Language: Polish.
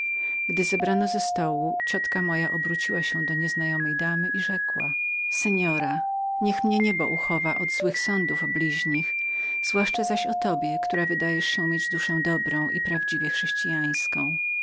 gdy zebrano ze stołu ciotka moja obróciła się do podeszłej damy i rzekła seora niech mnie niebo uchowa od złych sądów o bliźnich zwłaszcza zaś o tobie która wydajesz się mieć duszę dobrą i prawdziwie chrześcijańską